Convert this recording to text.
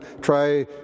try